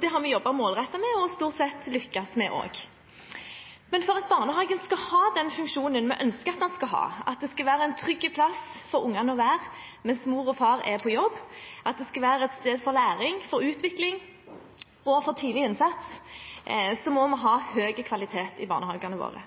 Det har vi jobbet målrettet med og stort sett også lyktes med. Men for at barnehagen skal ha den funksjonen vi ønsker den skal ha, at det skal være en trygg plass for ungene å være mens mor og far er på jobb, og at det skal være et sted for læring, utvikling og tidlig innsats, må vi ha høy kvalitet i barnehagene våre.